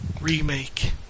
remake